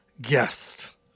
guest